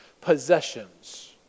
possessions